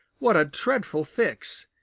what a dreadful fix!